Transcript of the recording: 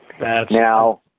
now